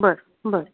बरं बरं